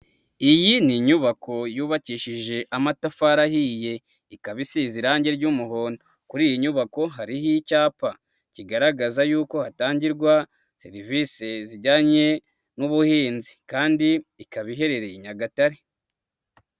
Iyi ni inyubako yubakishije amatafari ahiye, ikaba isize irangi ry'umuhondo, kuri iyi nyubako hariho icyapa kigaragaza yuko hatangirwa serivisi zijyanye n'ubuhinzi, kandi ikaba iherereye i Nyagatare.